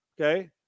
okay